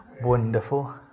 Wonderful